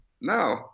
No